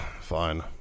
Fine